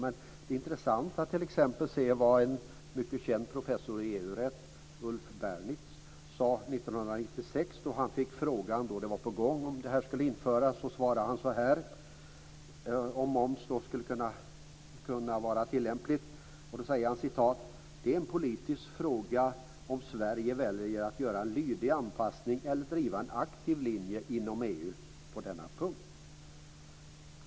Det är dock intressant att se vad en mycket känd professor i EU-rätt, Ulf Bernitz, sade 1996 då det var på gång att kanske införa detta. Han fick frågan om en sådan här moms skulle kunna vara tilllämplig och svarade: Det är en politisk fråga om Sverige väljer att göra en lydig anpassning eller att driva en aktiv linje inom EU på denna punkt.